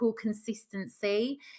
consistency